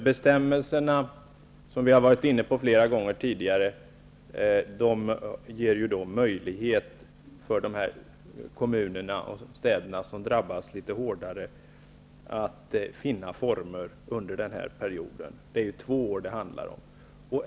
Herr talman! Övergångsbestämmelserna, som vi flera gånger tidigare har varit inne på, ger de kommuner och städer som drabbas litet hårdare möjligheter att finna nya former under den aktuella perioden. Det handlar ju om en tvåårsperiod.